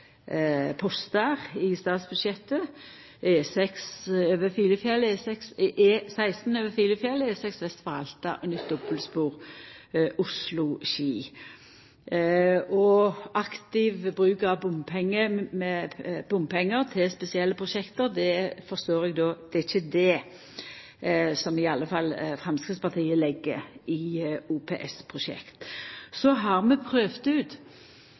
postar i statsbudsjettet: E16 over Filefjell, E6 vest for Alta og nytt dobbeltspor Oslo–Ski. Aktiv bruk av bompengar til spesielle prosjekt forstår eg er ikkje det i alle fall Framstegspartiet legg i OPS-prosjekt. Så har